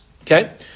Okay